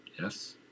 yes